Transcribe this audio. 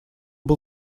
был